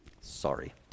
Sorry